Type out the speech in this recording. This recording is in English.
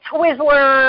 Twizzler